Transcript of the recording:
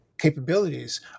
capabilities